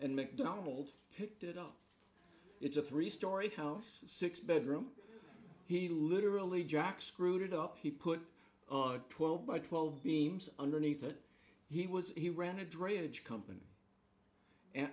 and mcdonald picked it up it's a three story house six bedroom he literally jack screwed it up he put twelve by twelve beams underneath it he was he ran a drainage company and